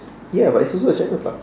ya but it's also a China plug